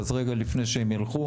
אז רגע לפני שהם ילכו,